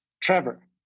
Trevor